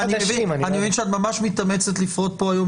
אני מבין שאת ממש מתאמצת לפרוט פה היום